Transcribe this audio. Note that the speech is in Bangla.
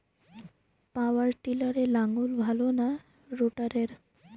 পাওয়ার টিলারে লাঙ্গল ভালো না রোটারের?